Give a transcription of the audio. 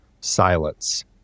Silence